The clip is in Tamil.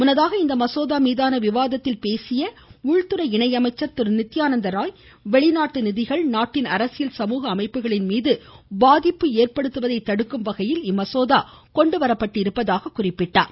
முன்னதாக இந்த மசோதா மீதான விவாதத்தில் பேசிய உள்துறை இணை அமைச்சர் திரு நித்யானந்த ராய் வெளிநாட்டு நிதிகள் நாட்டின் அரசியல் சமூக அமைப்புகளின் மீது பாதிப்பு ஏற்படுத்துவதை தடுக்கும் வகையில் இம்மசோதா கொண்டுவரப்பட்டிருப்பதாக கூறினார்